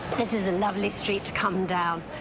this is a lovely street to come down,